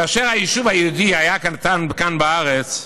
כאשר היישוב היהודי היה קטן כאן, בארץ,